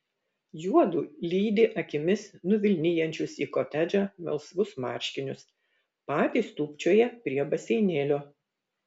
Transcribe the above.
juodu lydi akimis nuvilnijančius į kotedžą melsvus marškinius patys tūpčioja prie baseinėlio